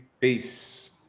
peace